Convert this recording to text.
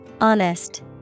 Honest